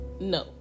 no